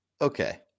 okay